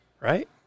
Right